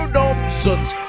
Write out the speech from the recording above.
nonsense